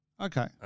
Okay